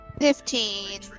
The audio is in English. Fifteen